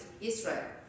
Israel